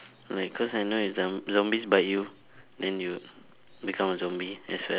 like cause I know if the zombies bite you then you become a zombie as well